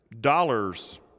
dollars